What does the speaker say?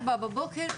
בארבע בבוקר,